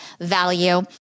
value